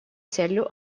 целью